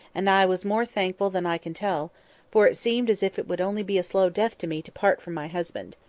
and i was more thankful than i can tell for it seemed as if it would only be a slow death to me to part from my husband.